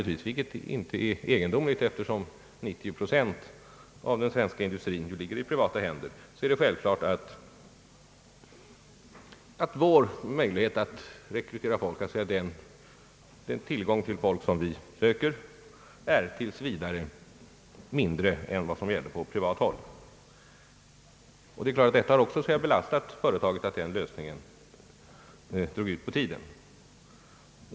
Detta är inte egendomligt, eftersom 90 procent av den svenska industrin ligger i privata händer. Det är därför självklart att vår tillgång till folk med tillräcklig kapacitet tills vidare är mindre än vad som gäller på privat håll. Det är klart att det har belastat företaget att den lösningen drog ut på tiden.